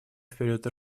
вперед